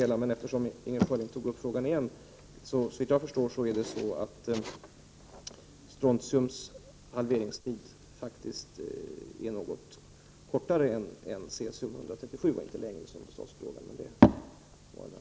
Slutligen någonting som Inger Schörling tog upp på nytt — möjligen en petitess: Såvitt jag förstår är det så att strontiums halveringstid faktiskt är något kortare än den för cesium 137, inte längre som det sades i frågan.